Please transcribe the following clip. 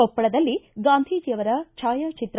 ಕೊಪ್ಪಳದಲ್ಲಿ ಗಾಂಧೀಜಿಯವರ ಛಾಯಾಚಿತ್ರ